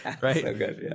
Right